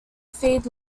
feed